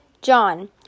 John